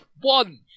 One